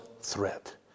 threat